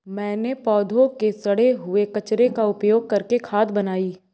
मैंने पौधों के सड़े हुए कचरे का उपयोग करके खाद बनाई